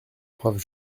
braves